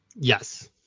yes